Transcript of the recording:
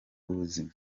w’ubuzima